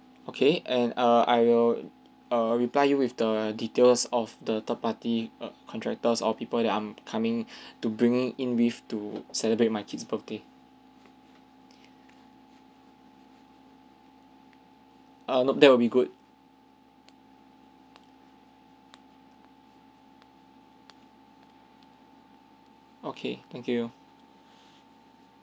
okay and err I will err reply you with the details of the third party contractors or people that I'm coming to bring in with to celebrate my kid's birthday err nope that will be good okay thank you